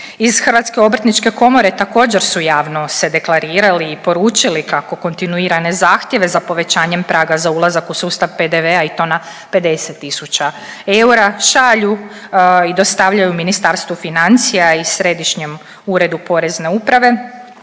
u sustav PDV-a. Iz HOK-a također su javno se deklarirali i poručili kako kontinuirane zahtjeve za povećanjem praga za ulazak u sustav PDV-a i to na 50 tisuća eura šalju i dostavljaju Ministarstvu financija i Središnjem uredu Porezne uprave